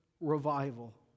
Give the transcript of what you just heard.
revival